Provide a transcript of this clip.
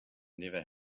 never